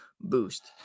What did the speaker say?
boost